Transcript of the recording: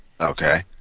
Okay